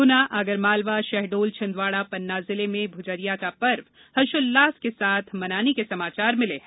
गुना आगरमालवा शहडोल छिंदवाड़ा पन्ना जिले में भुजरिया का पर्व हर्षोल्लास के साथ मनाने के समाचार मिले है